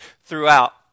throughout